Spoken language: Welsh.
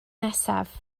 nesaf